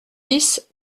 dix